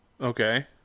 okay